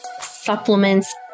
supplements